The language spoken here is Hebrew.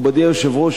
מכובדי היושב-ראש,